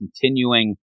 continuing